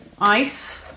ice